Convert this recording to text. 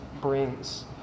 brings